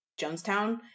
Jonestown